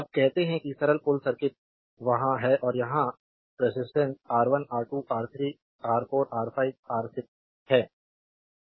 अब कहते हैं कि सरल पुल सर्किट वहां है और यहां resistance R1 R2 R3 R 4 R5 R 6 है